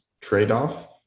trade-off